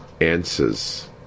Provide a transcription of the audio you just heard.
answers